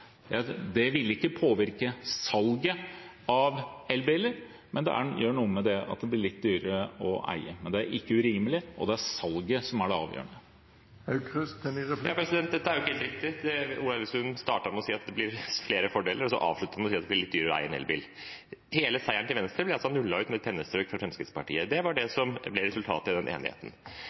Det vil ikke påvirke salget av elbiler, men det gjør at det blir litt dyrere å eie. Men det er ikke urimelig, og det er salget som er det avgjørende. Dette er ikke helt riktig. Ola Elvestuen startet med å si at det blir flere fordeler, og så avslutter han med å si at det blir litt dyrere å eie en elbil. Hele seieren til Venstre ble altså nullet ut med et pennestrøk fra Fremskrittspartiet. Det var det som ble resultatet av den enigheten.